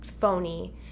phony